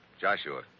Joshua